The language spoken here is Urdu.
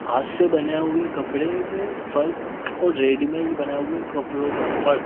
ہاتھ سے بنے ہوئے کپڑے میں فرک اور ریڈی میڈ بنائے ہوئے کپڑوں میں فرق